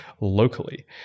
locally